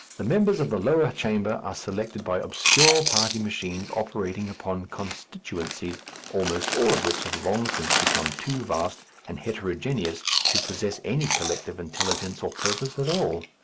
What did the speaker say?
the members of the lower chamber are selected by obscure party machines operating upon constituencies almost all of which have long since become too vast and heterogeneous to possess any collective intelligence or purpose at all.